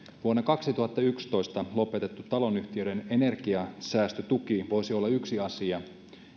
vuonna kaksituhattayksitoista lopetettu taloyhtiöiden energiansäästötuki voisi olla yksi asia